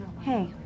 Hey